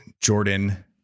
Jordan